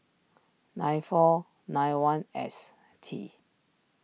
nine four nine one S T